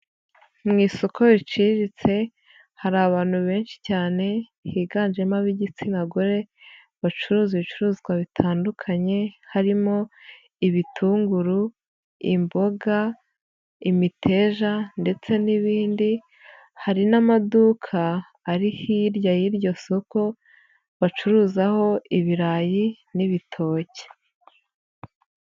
Mu isoko riciriritse hari abantu benshi cyane higanjemo ab'igitsina gore bacuruza ibicuruzwa bitandukanye harimo ibitunguru, imboga, imiteja ndetse n'ibindi, hari n'amaduka ari hirya y'iryo soko bacuruzaho ibirayi n'ibitoki.